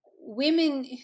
women